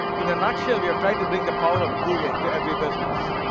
in a nutshell, we have tried to bring the power of google to every business.